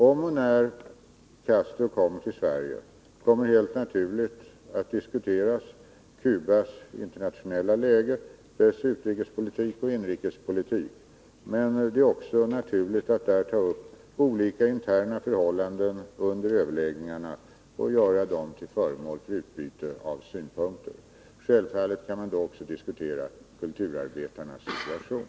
Om och när Castro kommer till Sverige kommer helt naturligt Cubas internationella läge, dess utrikespolitik och dess inrikespolitik att diskuteras. Men det är också naturligt att ta upp olika interna förhållanden under överläggningarna och göra dem till föremål för utbyte av synpunkter. Självfallet kan man då också diskutera kulturarbetarnas situation.